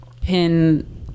pin